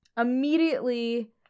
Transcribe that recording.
immediately